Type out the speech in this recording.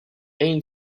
ain